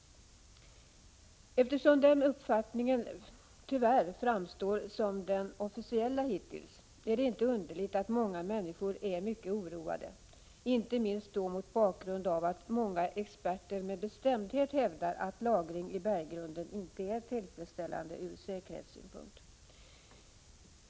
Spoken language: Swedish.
Eftersom den uppfattningen tyvärr hittills framstått som den officiella, är det inte underligt att människor är mycket oroade, inte minst mot bakgrund av att många experter med bestämdhet hävdar att lagring i berggrunden inte är tillfredsställande ur säkerhetssynpunkt.